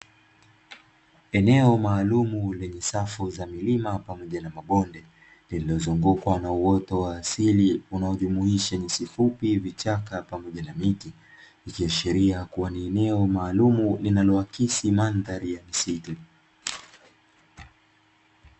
Eneo maalumu lenye safu za milima pamoja na mabonde, limezungukwa na uoto wa asili unaojumuisha nyasi fupi, vichaka pamoja na miti. Ikiashiria kuwa ni eneo maalumu linaloakisi mandhari ya misitu.